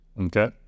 Okay